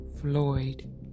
Floyd